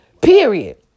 period